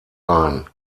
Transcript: ein